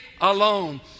alone